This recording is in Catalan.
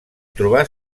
trobar